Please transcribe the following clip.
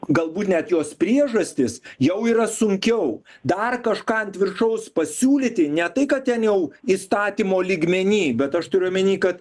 galbūt net jos priežastis jau yra sunkiau dar kažką ant viršaus pasiūlyti ne tai kad ten jau įstatymo lygmeny bet aš turiu omeny kad